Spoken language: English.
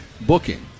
Booking